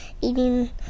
eating